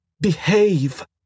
Behave